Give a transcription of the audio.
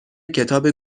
کتاب